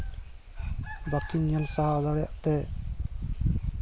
ᱵᱟᱠᱤᱱ ᱧᱮᱞ ᱥᱟᱦᱟᱣ ᱫᱟᱲᱮᱭᱟᱜ ᱛᱮ